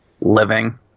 living